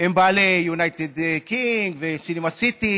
שהם בעלי יונייטד קינג וסינמה סיטי